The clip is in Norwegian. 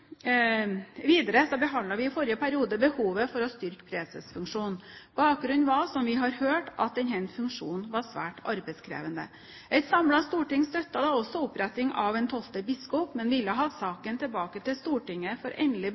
Videre behandlet vi i forrige periode behovet for å styrke presesfunksjonen. Bakgrunnen var, som vi har hørt, at denne funksjonen var svært arbeidskrevende. Et samlet storting støttet da også oppnevning av en tolvte biskop, men ville ha saken tilbake til Stortinget for endelig